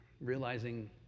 realizing